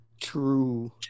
True